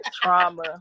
trauma